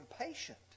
impatient